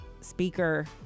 speaker